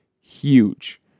huge